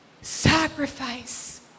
sacrifice